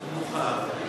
ומוכח,